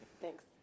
Thanks